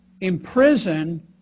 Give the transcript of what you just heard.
imprison